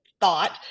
thought